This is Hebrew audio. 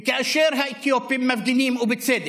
כאשר האתיופים מפגינים, ובצדק,